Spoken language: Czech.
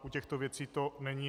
U těchto věcí to není.